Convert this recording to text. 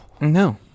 No